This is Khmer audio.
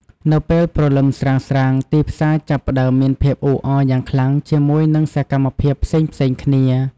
នៅពេលព្រលឹមស្រាងៗ ទីផ្សារចាប់ផ្តើមមានភាពអ៊ូអរយ៉ាងខ្លាំងជាមួយនឹងសកម្មភាពផ្សេងៗគ្នា។